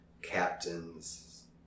captains